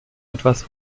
etwas